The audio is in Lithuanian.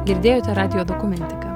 girdėjote radijo dokumentiką